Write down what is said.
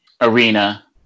Arena